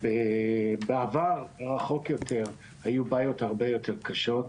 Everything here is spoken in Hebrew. זה שבעבר הרחוק יותר היו בעיות הרבה יותר קשות.